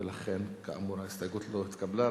ולכן, כאמור, ההסתייגות לא התקבלה.